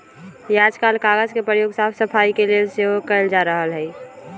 याजकाल कागज के प्रयोग साफ सफाई के लेल सेहो कएल जा रहल हइ